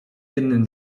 jednym